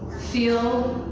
feel,